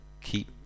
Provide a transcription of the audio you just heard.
keep